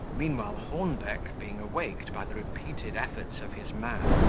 meanwhile hornbeck, being awaked by the repeated efforts of his man,